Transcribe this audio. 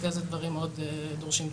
לגבי אילו דברים נוספים דורשים טיפול.